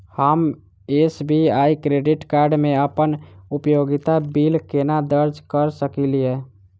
हम SBI credit card मे अप्पन उपयोगिता बिल केना दर्ज करऽ सकलिये?